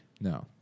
No